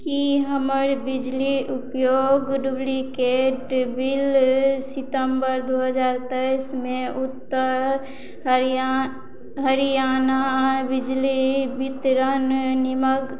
कि हमर बिजली उपयोग डुप्लिकेट बिल सितम्बर दुइ हजार तेइसमे उत्तर हरिया हरियाणा बिजली वितरण निमग